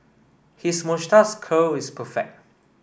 his moustache curl is perfect